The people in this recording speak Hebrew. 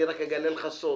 אני רק אגלה לך סוד,